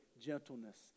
gentleness